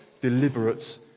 deliberate